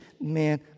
man